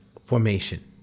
formation